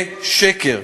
זה שקר.